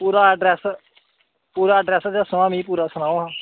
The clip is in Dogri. पूरा अड्रैस पूरा अड्रैस दस्सो हा मि पूरा सनाओ हा